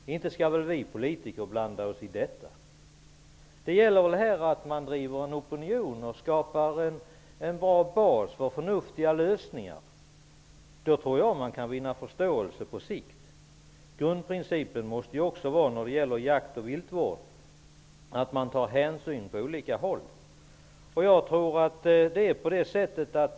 Inte skall väl vi politiker blanda oss i det! Det gäller att man bedriver en opinion och skapar en bra bas för förnuftiga lösningar. Då tror jag att man på sikt kan vinna förståelse. Grundprincipen när det gäller jakt och viltvård måste vara att ta hänsyn till olika intressen.